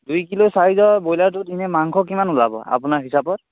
দুই কিলো চাইজৰ ব্ৰইলাৰটোত এনেই মাংস কিমান ওলাব আপোনাৰ হিচাপত